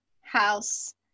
house